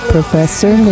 Professor